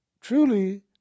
truly